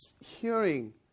hearing